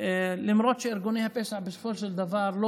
למרות שארגוני הפשע בסופו של דבר לא